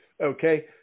Okay